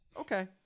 okay